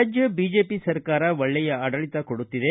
ರಾಜ್ಙ BJP ಸರ್ಕಾರ ಒಳ್ಳೆಯ ಆಡಳಿತ ಕೊಡುತ್ತಿದೆ